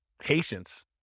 Patience